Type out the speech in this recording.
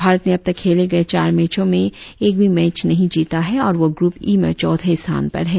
भारत ने अब तक खेले गए चार मैचों में एक भी मैच नहीं जीता है और वह ग्रप ई में चौथे स्थान पर है